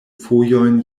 fojojn